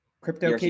crypto